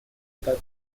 этапе